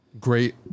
great